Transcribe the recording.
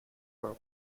for